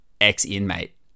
ex-inmate